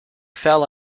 fell